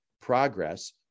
progress